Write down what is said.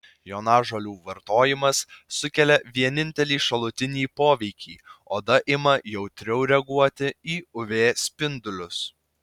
jonažolių vartojimas sukelia vienintelį šalutinį poveikį oda ima jautriau reaguoti į uv spindulius